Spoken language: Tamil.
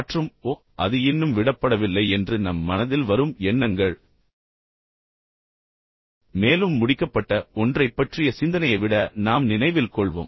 மற்றும் ஓ அது இன்னும் விடப்படவில்லை என்று நம் மனதில் வரும் எண்ணங்கள் மேலும் முடிக்கப்பட்ட ஒன்றைப் பற்றிய சிந்தனையை விட நாம் நினைவில் கொள்வோம்